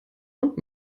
und